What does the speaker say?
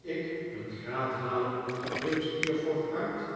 ik een graad halenl riep steerforth uit